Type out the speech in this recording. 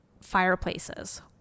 fireplaces